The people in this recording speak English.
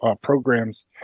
programs